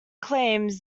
claims